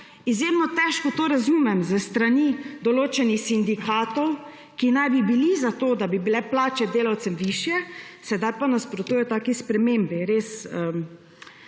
izjemno težko to razumem s strani določenih sindikatov, ki naj bi bili za to, da bi bile plače delavcem višje, sedaj pa nasprotuje taki spremembi. Res